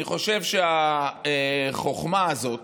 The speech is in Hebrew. אני חושב שהחוכמה הזאת